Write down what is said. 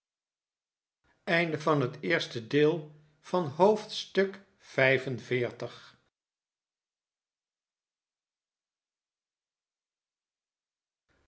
onderwerp van het gesprek haar van het